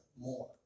more